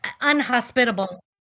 Unhospitable